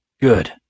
Good